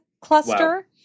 cluster